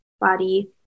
body